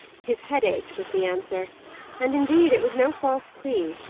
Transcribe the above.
his head ached, was the answer and, indeed, it was no false plea.